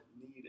need